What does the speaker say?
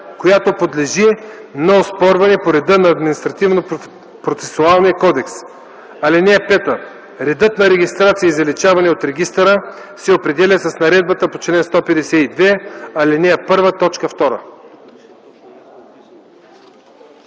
която подлежи на оспорване по реда на Административнопроцесуалния кодекс. (5) Редът за регистрация и заличаване от регистъра се определя с наредбата по чл. 152, ал. 1,